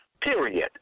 period